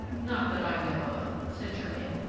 not that i know of, said germain,